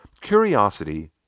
Curiosity